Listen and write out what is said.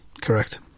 Correct